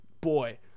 boy